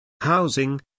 Housing